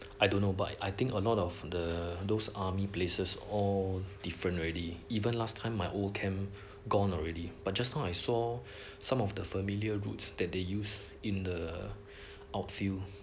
I don't know but I think a lot of the those army places all different already even last time my old camp gone already but just now I saw some of the familiar routes that they use in the outfield